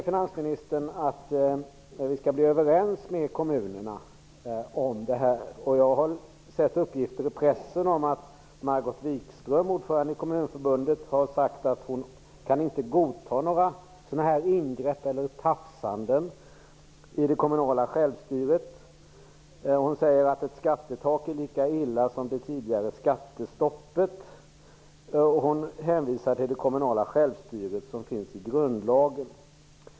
Finansministern säger att regeringen skall vara överens med kommunerna om detta. Jag har sett uppgifter i pressen om att Margot Wikström, ordförande i Kommunförbundet, har sagt att hon inte kan godta några ingrepp i det kommunala självstyret. Hon säger att ett skattetak är lika illa som det tidigare skattestoppet. Hon hänvisar till det kommunala självstyre som finns inskrivet i grundlagen.